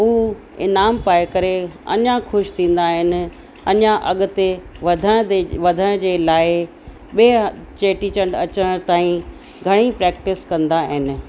हू इनाम पाए करे अञा ख़ुशि थींदा आहिनि अञा अॻिते वधण दे वधण जे लाइ ॿिएं ह चेटीचंड अचण ताईं घणी प्रैक्टिस कंदा आहिनि